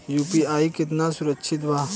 UPI कितना सुरक्षित बा?